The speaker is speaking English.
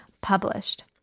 published